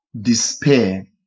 despair